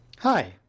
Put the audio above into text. Hi